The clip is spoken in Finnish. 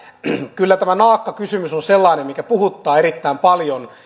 kyllä tämä naakkakysymys on sellainen mikä puhuttaa erittäin paljon